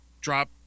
drop